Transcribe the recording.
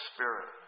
Spirit